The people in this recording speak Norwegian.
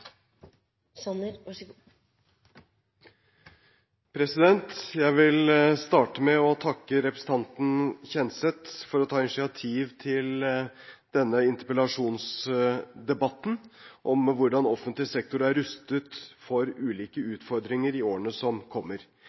Jeg vil starte med å takke representanten Kjenseth for å ta initiativ til denne interpellasjonsdebatten – om hvordan offentlig sektor er rustet for ulike utfordringer i årene som kommer.